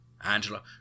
Angela